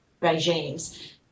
regimes